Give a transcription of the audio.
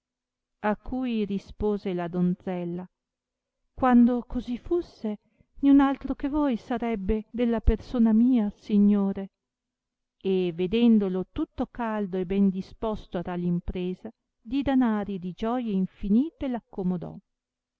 a cui rispose la donzella quando così fusse niun altro che voi sarebbe della persona mia signore e vedendolo tutto caldo e ben disposto a tal impresa di danari e di gioie infinite